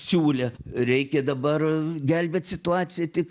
siūlė reikia dabar gelbėt situaciją tik